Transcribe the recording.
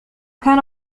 كان